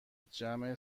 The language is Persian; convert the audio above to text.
جمع